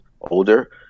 older